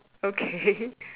okay